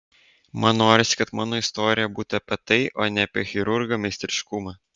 man norisi kad mano istorija būtų apie tai o ne apie chirurgo meistriškumą